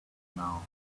now